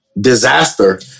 Disaster